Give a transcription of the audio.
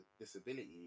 disability